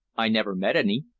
i never met any.